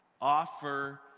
Offer